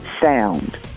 sound